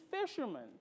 fishermen